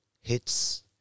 HITS